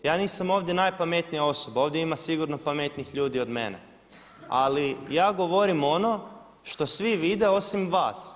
Ja nisam ovdje najpametnija osoba, ovdje ima sigurno pametnijih ljudi od mene ali ja govorim ono što svi vide osim vas.